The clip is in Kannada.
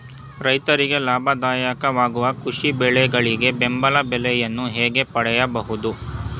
ರೈತರಿಗೆ ಲಾಭದಾಯಕ ವಾಗುವ ಕೃಷಿ ಬೆಳೆಗಳಿಗೆ ಬೆಂಬಲ ಬೆಲೆಯನ್ನು ಹೇಗೆ ಪಡೆಯಬಹುದು?